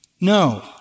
No